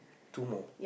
two more